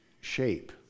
shape